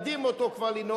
מלמדים אותו לנהוג,